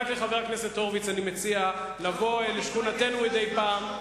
רק לחבר הכנסת הורוביץ אני מציע לבוא לשכונתנו מדי פעם.